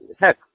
heck